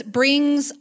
brings